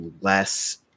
less